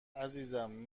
عزیزم